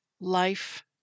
life